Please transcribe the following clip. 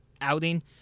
outing